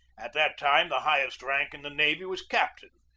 at that time the highest rank in the navy was captain,